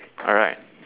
alright